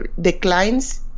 declines